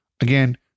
Again